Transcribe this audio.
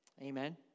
Amen